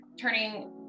turning